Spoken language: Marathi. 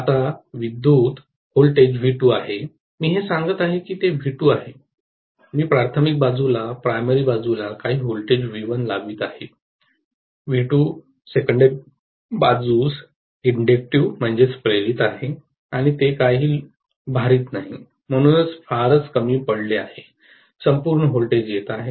आता विद्युत् व्होल्टेज व्ही 2 आहे मी हे सांगत आहे की ते व्ही 2 आहे मी प्राथमिक बाजूला काही व्होल्टेज व्ही 1 लावित आहे व्ही 2 दुय्यम बाजूस प्रेरित आहे आणि ते काही भारित नाही म्हणून फारच कमी पडले आहे संपूर्ण व्होल्टेज येत आहे